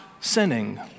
sinning